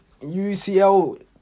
UCL